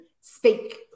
speak